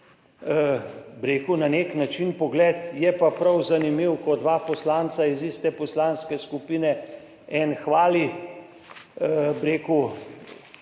rekel na nek način, pogled. Je pa prav zanimivo, ko dva poslanca iz iste poslanske skupine, eden hvali